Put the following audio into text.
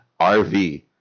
RV